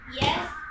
Yes